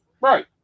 right